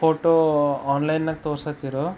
photo ಆನ್ಲೈನ್ನಾಗ ತೋರ್ಸತ್ತಿರೊ